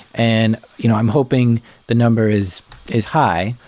and you know i'm hoping the number is is high.